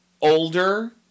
older